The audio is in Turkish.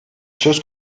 söz